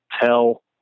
tell